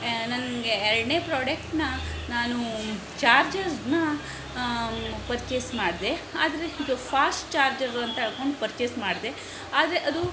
ನನಗೆ ಎರಡನೇ ಪ್ರೊಡಕ್ಟ್ನ ನಾನು ಚಾರ್ಜರ್ಸ್ನ ಪರ್ಚೇಸ್ ಮಾಡಿದೆ ಆದರೆ ಇದು ಫಾಶ್ಟ್ ಚಾರ್ಜರು ಅಂತೇಳ್ಕೊಂಡು ಪರ್ಚೇಸ್ ಮಾಡಿದೆ ಆದರೆ ಅದು